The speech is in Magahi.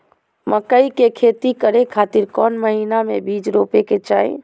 मकई के खेती करें खातिर कौन महीना में बीज रोपे के चाही?